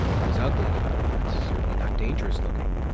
it was ugly, but certainly not dangerous-looking.